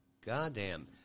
goddamn